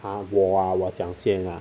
!huh! 我啊我讲先啊